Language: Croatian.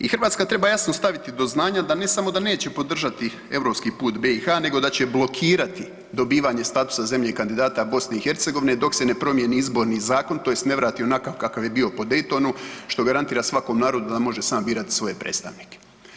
I Hrvatska treba jasno staviti do znanja da ne samo da neće podržati europski put BiH nego da će blokirati dobivanje statusa zemlje kandidata BiH dok se ne promijeni Izborni zakon tj. ne vrati onakav kakav je bio po Daytonu, što garantira svakom narodu da može sam birati svoje predstavnike.